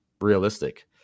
realistic